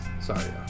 sorry